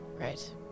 Right